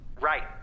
Right